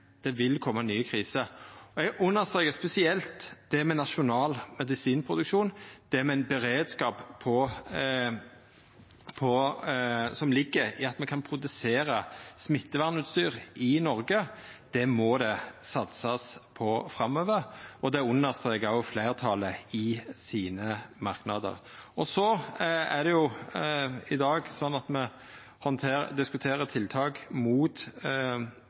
det vil koma nye kriser. Eg vil understreka spesielt det med nasjonal medisinproduksjon og den beredskapen som ligg i at me kan produsera smittevernutstyr i Noreg – det må det satsast på framover. Det understrekar òg fleirtalet i merknadene sine. I dag diskuterer me tiltak mot korona, men når det gjeld nye kriser, må me